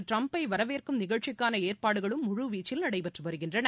டிரம்ப்பை வரவேற்கும் நிகழ்ச்சிக்கான ஏற்பாடுகளும்முழுவீச்சில் நடைபெற்று வருகின்றன